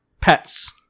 pets